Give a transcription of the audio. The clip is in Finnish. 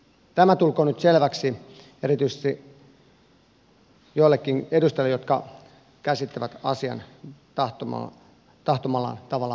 tämä tulkoon nyt selväksi erityisesti joillekin edustajille jotka käsittävät asian tahtomallaan tavalla väärin